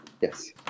Yes